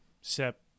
Sep